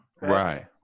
Right